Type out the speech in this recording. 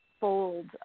fold